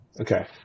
okay